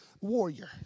warrior